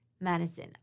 Madison